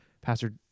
Pastor